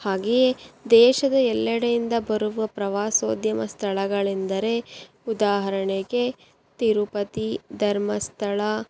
ಹಾಗೆಯೇ ದೇಶದ ಎಲ್ಲೆಡೆಯಿಂದ ಬರುವ ಪ್ರವಾಸೋದ್ಯಮ ಸ್ಥಳಗಳೆಂದರೆ ಉದಾಹರಣೆಗೆ ತಿರುಪತಿ ಧರ್ಮಸ್ಥಳ